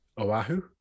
Oahu